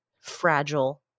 fragile